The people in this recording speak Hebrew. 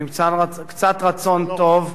ועם קצת רצון טוב,